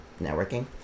networking